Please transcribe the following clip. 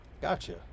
Gotcha